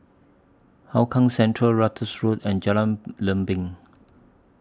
Hougang Central Ratus Road and Jalan Lempeng